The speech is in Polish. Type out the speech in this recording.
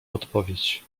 odpowiedź